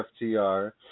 FTR